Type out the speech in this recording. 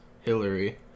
Hillary